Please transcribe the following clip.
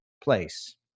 place